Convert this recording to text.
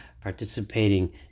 participating